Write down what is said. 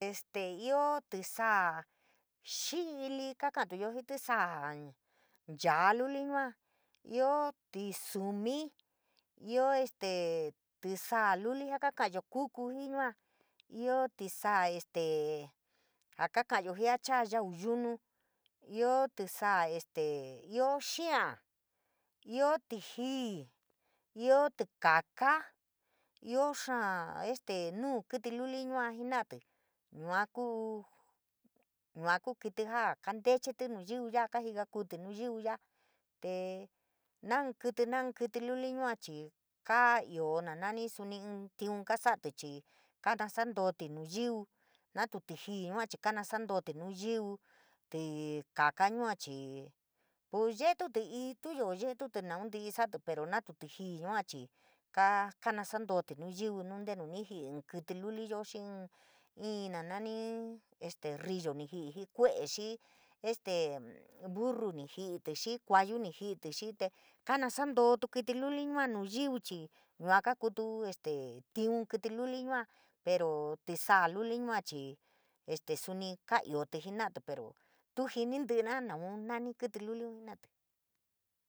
Este ioo tísaa xiili kakotuyo jii tísaa nchaa luli yua, ioo tísumi, ioo este tisaa luli jaa kakayo kuku jii yua, ioo tísaa ja kakayo jii ja kakayo jii ja chaa yau yunu, ioo este ioo xiaa, ioo tíjii, ioo tí kakáá, ioo xaa este nuu kítí luli yua jenatí yua kuu, yua kuu kítí jaa kantecheti nayiyy ya’a kajiakutí nayiu ya’a te naa in kítí naa ínn kítí luli yua chii, kaa nasantootí nayiu natu tijii yua kanosantootí, nayiu, tí kaka yua chii po yeyutí ituyo yeyutí naun satí pero natu tijii yua chii kanasantootí nayiu nu ntenu ni ji’ii in kítí luliyo xii ínn na nani rííyo ni jii in kue’e xii te kana santootu kítí luli yua, pero tisdá luli yua chii este suni chii ka iootí jantí pero tu jini ntííra naun nani kítí luli jenati.